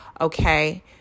okay